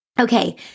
Okay